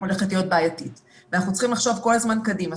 הולכת להיות בעייתית ואנחנו צריכים לחשוב כל הזמן קדימה.